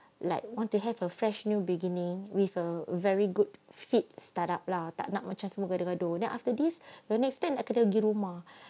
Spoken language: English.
like want to have a fresh new beginning with a very good fit startup lah tak nak macam semua gaduh gaduh then after this the next time dia pergi rumah